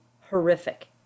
horrific